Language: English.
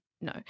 No